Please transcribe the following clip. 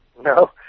No